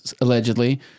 allegedly